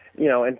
you know, and